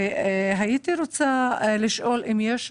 האם יש